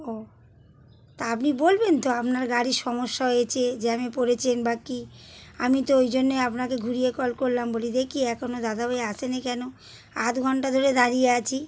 ও তা আপনি বলবেন তো আপনার গাড়ির সমস্যা হয়েছে জ্যামে পরেছেন বা কী আমি তো ওই জন্য আপনাকে ঘুরিয়ে কল করলাম বলে দেখি এখনো দাদাভাই আসেনি কেন আধ ঘণ্টা ধরে দাঁড়িয়ে আছি